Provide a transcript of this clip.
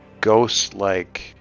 ghost-like